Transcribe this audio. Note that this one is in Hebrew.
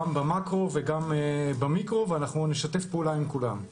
במאקרו וגם במיקרו ואנחנו נשתף פעולה עם כולם,